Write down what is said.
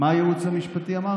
מה הייעוץ המשפטי אמר?